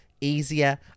easier